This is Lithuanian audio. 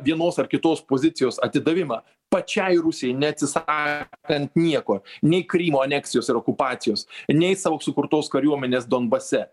vienos ar kitos pozicijos atidavimą pačiai rusijai neatsisakant nieko nei krymo aneksijos ir okupacijos nei savo sukurtos kariuomenės donbase